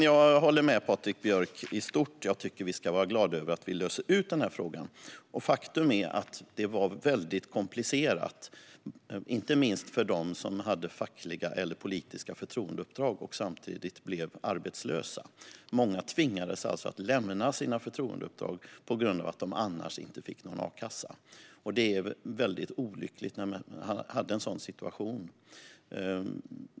Jag håller dock med Patrik Björck i stort. Jag tycker att vi ska vara glada över att vi löser denna fråga. Faktum är att det var väldigt komplicerat, inte minst för dem som hade fackliga eller politiska förtroendeuppdrag och samtidigt blev arbetslösa. Många tvingades alltså lämna sina förtroendeuppdrag på grund av att de annars inte fick någon a-kassa, och en sådan situation är mycket olycklig.